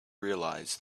realize